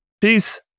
Peace